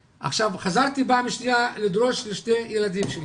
חזרתי פעם שנייה לדרוש לשני הילדים שלי,